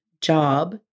job